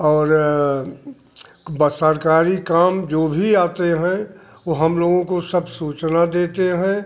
और बस सरकारी काम जो भी आते हैं वह हम लोगों को सब सूचना देते हैं